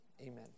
Amen